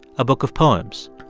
a book of poems.